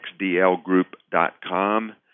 xdlgroup.com